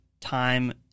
time